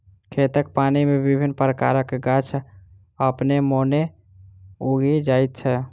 खेतक पानि मे विभिन्न प्रकारक गाछ अपने मोने उगि जाइत छै